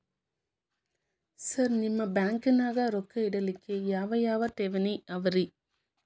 Sir ನಿಮ್ಮ ಬ್ಯಾಂಕನಾಗ ರೊಕ್ಕ ಇಡಲಿಕ್ಕೆ ಯಾವ್ ಯಾವ್ ಠೇವಣಿ ಅವ ರಿ?